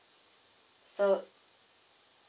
so